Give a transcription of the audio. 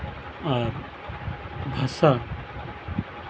ᱟᱨ ᱵᱷᱟᱥᱟ